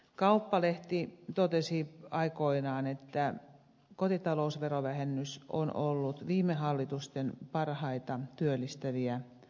kauppalehti totesi aikoinaan että kotitalousverovähennys on ollut viime hallitusten parhaita työllistäviä toimenpiteitä